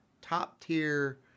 top-tier